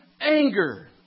anger